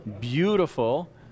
Beautiful